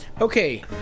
Okay